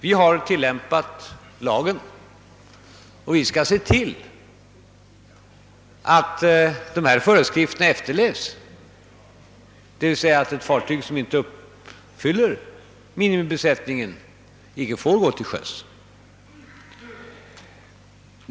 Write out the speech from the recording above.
Vi har tillämpat lagen, och vi skall se till att dess föreskrifter efterlevs, d. v. s. att ett fartyg som inte uppfyller kravet på minimibesättning inte får gå till SjÖSS.